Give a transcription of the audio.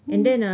mm